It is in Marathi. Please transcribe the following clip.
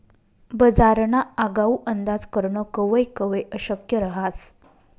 बजारना आगाऊ अंदाज करनं कवय कवय अशक्य रहास